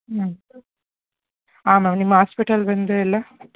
ಹಾಂ ಹಾಂ ಮ್ಯಾಮ್ ನಿಮ್ಮ ಆಸ್ಪೆಟಲ್ ಬಂದೇ ಇಲ್ಲ